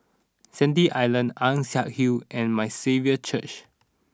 Sandy Island Ann Siang Hill and My Saviour's Church